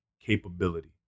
capability